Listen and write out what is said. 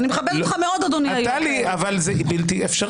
זה נראה לאדוני נורמלי שאני בקריאה שנייה עכשיו אחרי